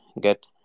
get